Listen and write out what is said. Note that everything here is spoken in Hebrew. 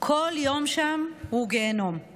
"כל יום שם הוא גיהינום";